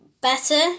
better